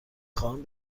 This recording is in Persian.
خواهم